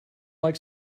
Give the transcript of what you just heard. like